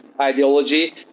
ideology